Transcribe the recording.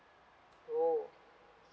oh